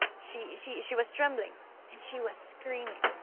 she, she she was trembling and she was screaming.